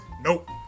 Nope